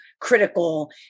critical